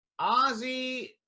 Ozzy